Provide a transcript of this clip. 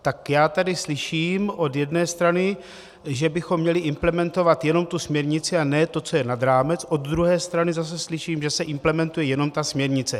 Tak já tady slyším od jedné strany, že bychom měli implementovat jenom tu směrnici a ne to, co je nad rámec, od druhé strany zase slyším, že se implementuje jenom ta směrnice.